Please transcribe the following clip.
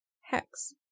Hex